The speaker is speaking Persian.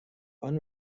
خانم